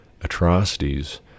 atrocities